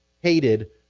hated